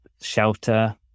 shelter